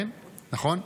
כן, נכון.